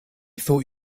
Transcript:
thought